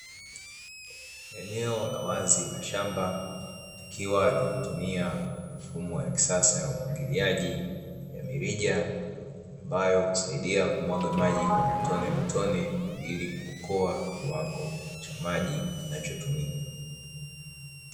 Eneo la wazi la shamba likiwa linatumia mfumo wa kisasa ya umwagiliaji ya mirija ambayo husaidia kumwaga maji kwa matone matone, ili kuokoa kiwango cha maji kinachotumika.